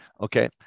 okay